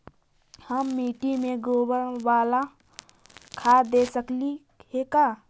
हम मिट्टी में गोबर बाला खाद दे सकली हे का?